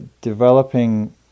developing